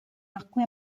acque